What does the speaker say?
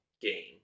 game